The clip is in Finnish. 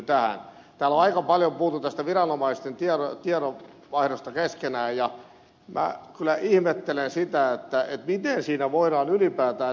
täällä on aika paljon puhuttu tästä viranomaisten tiedonvaihdosta keskenään ja minä kyllä ihmettelen sitä miten siinä voidaan ylipäätään nähdä jotain uhkakuvia